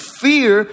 fear